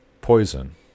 poison